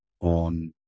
on